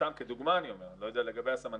סתם כדוגמה אני אומר, אני לא יודע לגבי הסמנכ"לים.